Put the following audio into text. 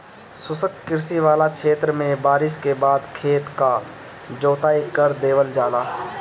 शुष्क कृषि वाला क्षेत्र में बारिस के बाद खेत क जोताई कर देवल जाला